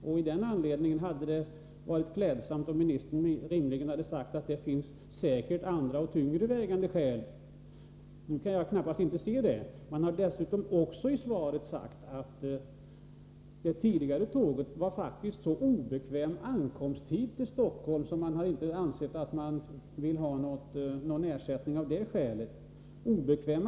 Av den anledningen hade det varit klädsamt om ministern hade sagt att det säkert finns andra och mer tungt vägande skäl. Nu kan jag själv knappast finna några sådana. Man har dessutom i svaret sagt att det tidigare tåget har en så obekväm ankomsttid till Stockholm att man ansett att man av det skälet inte vill ha något uppehåll.